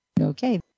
Okay